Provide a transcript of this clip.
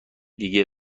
دیگه